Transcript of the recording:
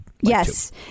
Yes